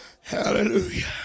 Hallelujah